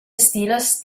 estilos